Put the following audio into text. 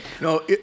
No